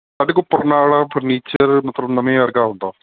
ਸਾਡੇ ਕੋਲ ਪੁਰਾਣਾ ਫਰਨੀਚਰ ਮਤਲਬ ਨਵੇਂ ਵਰਗਾ ਹੁੰਦਾ